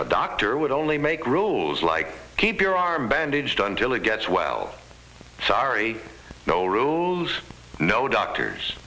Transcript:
a doctor would only make rules like keep your arm bandage done till it gets well sorry no rules no doctors